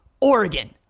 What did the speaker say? Oregon